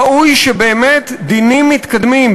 ראוי שבאמת דינים מתקדמים,